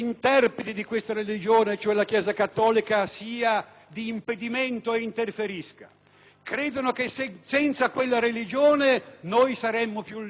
credono che senza quella religione noi saremmo più liberi, renderemmo più omaggio alla libertà individuale. È un altro grave errore.